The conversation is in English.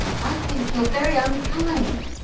i think you're very unkind,